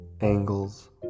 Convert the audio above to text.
angles